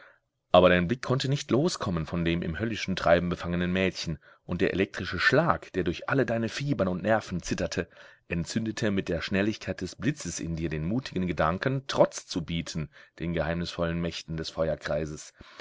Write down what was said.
aber dein blick konnte nicht loskommen von dem im höllischen treiben befangenen mädchen und der elektrische schlag der durch alle deine fibern und nerven zitterte entzündete mit der schnelligkeit des blitzes in dir den mutigen gedanken trotz zu bieten den geheimnisvollen mächten des